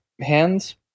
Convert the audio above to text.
hands